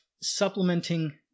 supplementing